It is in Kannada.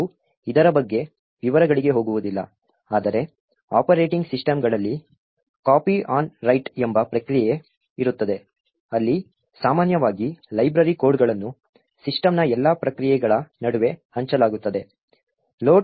ನಾವು ಇದರ ಬಗ್ಗೆ ವಿವರಗಳಿಗೆ ಹೋಗುವುದಿಲ್ಲ ಆದರೆ ಆಪರೇಟಿಂಗ್ ಸಿಸ್ಟಂಗಳಲ್ಲಿ ಕಾಪಿ ಆನ್ ರೈಟ್ ಎಂಬ ಪ್ರಕ್ರಿಯೆ ಇರುತ್ತದೆ ಅಲ್ಲಿ ಸಾಮಾನ್ಯವಾಗಿ ಲೈಬ್ರರಿ ಕೋಡ್ಗಳನ್ನು ಸಿಸ್ಟಂನ ಎಲ್ಲಾ ಪ್ರಕ್ರಿಯೆಗಳ ನಡುವೆ ಹಂಚಲಾಗುತ್ತದೆ